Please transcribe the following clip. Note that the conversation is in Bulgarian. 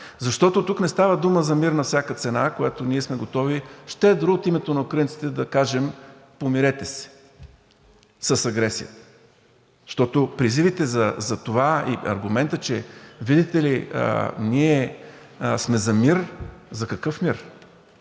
Защото тук не става дума за мир на всяка цена, което ние сме готови щедро от името на украинците да кажем „помирете се с агресията“. Защото призивите за това и аргументът, че видите ли, ние сме за мир... За какъв мир?